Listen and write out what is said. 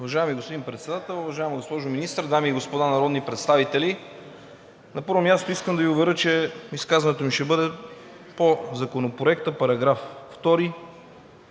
Уважаеми господин Председател, уважаема госпожо Министър, дами и господа народни представители! На първо място, искам да Ви уверя, че изказването ми ще бъде по Законопроекта –§ 2, и